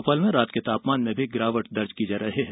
भोपाल में रात के तापमान में गिरावट भी दर्ज की जा रही है